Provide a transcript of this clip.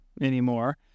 anymore